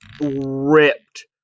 ripped